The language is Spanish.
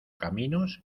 caminos